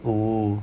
oo